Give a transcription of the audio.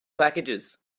packages